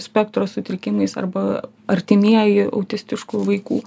spektro sutrikimais arba artimieji autistiškų vaikų